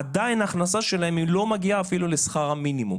עדיין ההכנסה שלהם לא מגיעה אפילו לשכר המינימום.